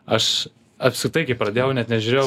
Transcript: aš apskritai kai pradėjau net nežiūrėjau